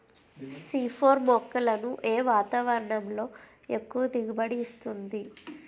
C four మొక్కలను ఏ వాతావరణంలో ఎక్కువ దిగుబడి ఇస్తుంది?